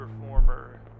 performer